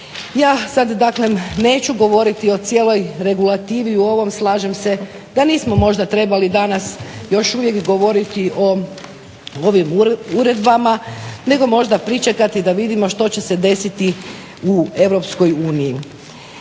Ja sad dakle neću govoriti o cijeloj regulativi o ovom. Slažem se da nismo možda trebali danas još uvijek govoriti o ovim uredbama nego možda pričekati da vidimo što će se desiti u